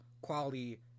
quality